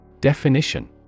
Definition